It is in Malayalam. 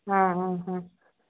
ആ ഹാ ഹ